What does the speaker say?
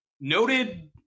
noted